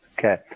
Okay